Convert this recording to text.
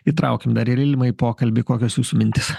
įtraukiam dar ir ilmą į pokalbį kokios jūsų mintys